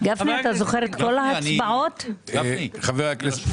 חבר הכנסת